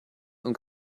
und